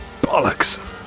bollocks